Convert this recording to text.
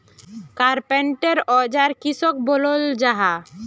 Carpenter औजार किसोक बोलो जाहा?